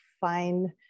find